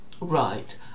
Right